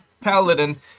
paladin